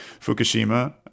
Fukushima